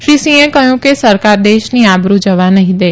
શ્રી સિંહે કહ્યું કે સરકાર દેશની આબરૂ જવા નહીં દે